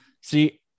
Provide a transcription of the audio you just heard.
See